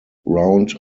round